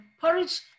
porridge